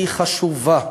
היא חשובה.